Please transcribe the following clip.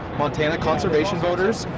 montana conservation voters,